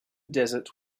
desert